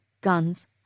guns